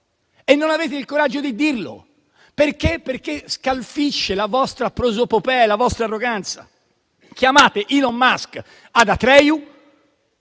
ma non avete il coraggio di dirlo, perché scalfisce la vostra prosopopea e la vostra arroganza. Chiamate Elon Musk ad Atreju,